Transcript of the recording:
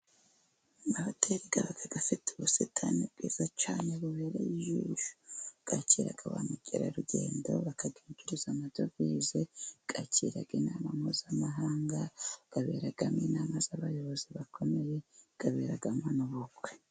Amahoteri afite ubusitani bwiza cyane bubereye bwakira bamukerarugendo bakabinjiriza amadovize, bakira inama mpuzamahanga, aberamo inama z'abayobozi bakome, aberamo n'ubukwe.